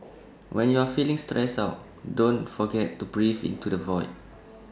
when you are feeling stressed out don't forget to breathe into the void